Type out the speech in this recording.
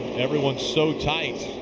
everyone so tight.